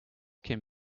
can